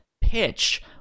Pitch